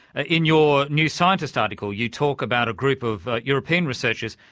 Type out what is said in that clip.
ah in your new scientist article, you talk about a group of european researchers,